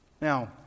Now